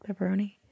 Pepperoni